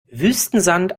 wüstensand